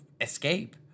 escape